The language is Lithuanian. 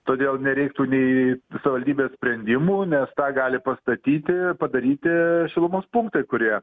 todėl nereiktų nei savivaldybės sprendimų nes tą gali pastatyti padaryti šilumos punktai kurie